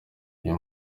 uyu